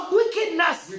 wickedness